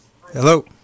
Hello